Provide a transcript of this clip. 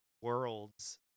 worlds